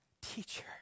Teacher